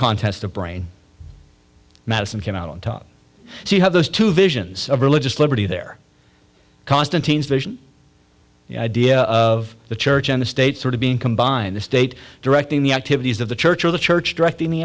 contest of brain madison came out on top so you have those two visions of religious liberty there constantine's vision the idea of the church and the state sort of being combined the state directing the activities of the church or the church directing the